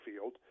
field